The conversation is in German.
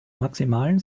maximalen